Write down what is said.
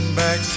back